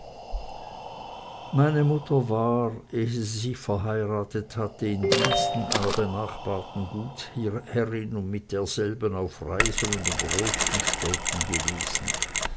meine mutter war ehe sie sich verheiratet hatte in diensten einer benachbarten gutsherrin und mit derselben auf reisen und in großen städten gewesen